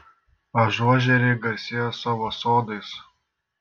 ažuožeriai garsėja savo sodais